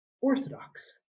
orthodox